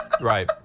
Right